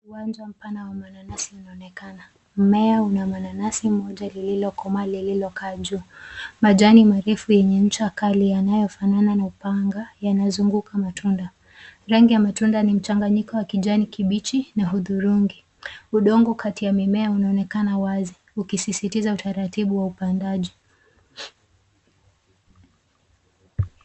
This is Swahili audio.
Uwanja mpana wa mananasi unaonekana. Mmea una mananasi moja liliokoma lililokaa juu. Majani marefu yenye ncha kali yanayofanana na panga yanazunguka matunda. Rangi ya matunda ni mchanganyiko ya kijani kibichi na hudhurungi. Udongo kati ya mimea inaonekana wazi ukisisitiza utaratibu wa upandaji.